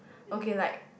okay like